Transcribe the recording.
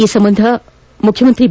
ಈ ಸಂಬಂಧ ಮುಖ್ಯಮಂತ್ರಿ ಬಿ